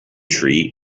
tree